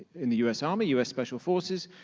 in the u s. army, u s. special forces,